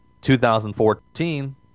2014